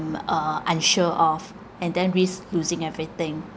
uh unsure of and then risk losing everything